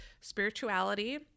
spirituality